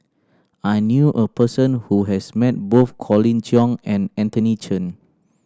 I knew a person who has met both Colin Cheong and Anthony Chen